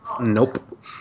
Nope